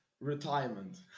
retirement